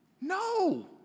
No